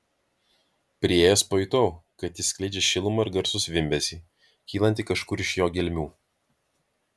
priėjęs pajutau kad jis skleidžia šilumą ir garsų zvimbesį kylantį kažkur iš jo gelmių